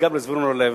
וגם לזבולון אורלב,